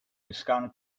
tuscan